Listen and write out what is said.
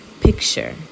Picture